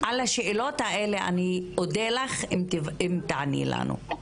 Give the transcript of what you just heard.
על השאלות האלה אני אודה לך אם תעני לנו.